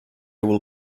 will